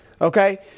okay